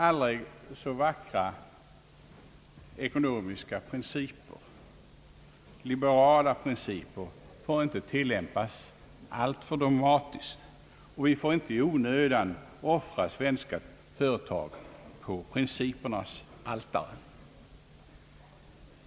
Aldrig så vackra och liberala ekonomiska principer får inte tillämpas alltför dogmatiskt, och vi får inte i onödan offra svenska företag på principernas altare.